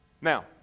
Now